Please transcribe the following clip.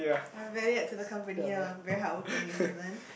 I value add to the company ah I'm very hardworking and driven